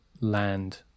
land